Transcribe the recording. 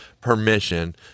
permission